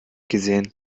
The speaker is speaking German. gesehen